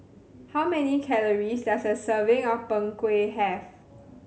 how many calories does a serving of Png Kueh have